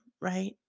right